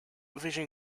vision